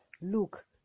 look